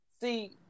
See